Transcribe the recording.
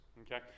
okay